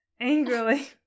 Angrily